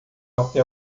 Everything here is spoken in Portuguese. até